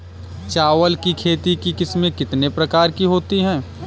चावल की खेती की किस्में कितने प्रकार की होती हैं?